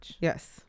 Yes